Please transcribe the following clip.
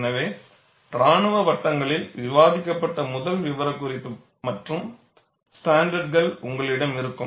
எனவே இராணுவ வட்டங்களில் விவாதிக்கப்பட்ட முதல் விவரக்குறிப்பு மற்றும் ஸ்டாண்டர்டுகள் உங்களிடம் இருக்கும்